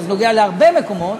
אבל זה נוגע להרבה מקומות,